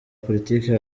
politiki